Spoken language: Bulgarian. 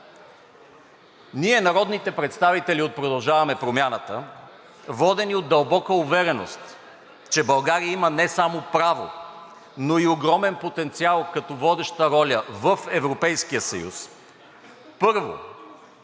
Ние, народните представители от „Продължаваме Промяната“, водени от дълбока увереност, че България има не само право, но и огромен потенциал като водеща роля в Европейския съюз, първо,